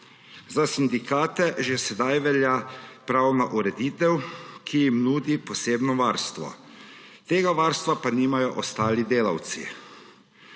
Za sindikate že sedaj velja pravna ureditev, ki jim nudi posebno varstvo. Tega varstva pa nimajo ostali delavci.